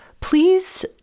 please